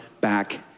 back